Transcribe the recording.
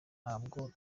ntabwo